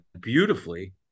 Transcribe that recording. beautifully